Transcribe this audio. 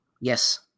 Yes